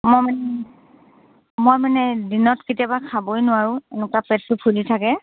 মই মানে মই মানে দিনত কেতিয়াবা খাবই নোৱাৰোঁ এনেকুৱা পেটটো ফুলি থাকে